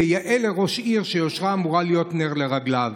כיאה לראש עיר שיושרה אמורה להיות נר לרגליו